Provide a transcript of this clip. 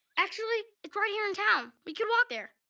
actually, it's right here in town. we could walk there.